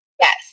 Yes